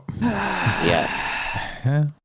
Yes